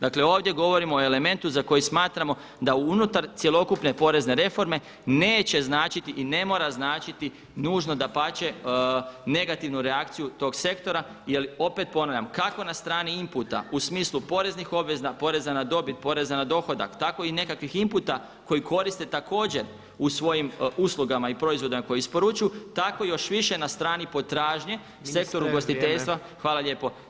Dakle, ovdje govorimo o elementu za koji smatramo da unutar cjelokupne porezne reforme neće značiti i ne mora značiti nužno dapače negativnu reakciju tog sektora jer opet ponavljam, kako na strani inputa u smislu poreznih obveza poreza na dobit, poreza na dohodak, tako i nekakvih inputa koji koriste također u svojim uslugama i proizvodima koje isporučuju, tako još više na strani potražnje sektor ugostiteljstva [[Upadica Jandroković: Ministre, vrijeme!]] Hvala lijepo.